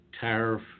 tariff